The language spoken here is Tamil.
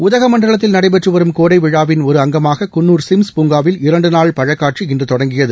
உதகமண்டலத்தில் நடைபெற்று வரும் கோடை விழாவின் ஒரு அங்கமாக குன்னூர் சிம்ஸ் பூங்காவில் இரண்டு நாள் பழக்காட்சி இன்று தொடங்கியது